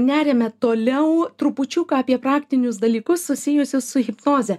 neriame toliau trupučiuką apie praktinius dalykus susijusius su hipnoze